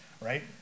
right